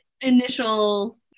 initial